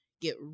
get